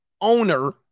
owner